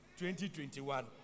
2021